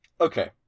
Okay